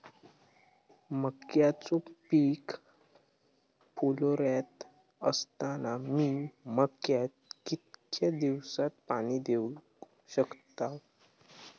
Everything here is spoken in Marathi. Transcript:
मक्याचो पीक फुलोऱ्यात असताना मी मक्याक कितक्या दिवसात पाणी देऊक शकताव?